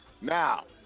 Now